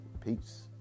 Peace